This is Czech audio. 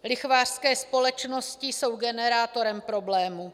Lichvářské společnosti jsou generátorem problému.